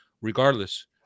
regardless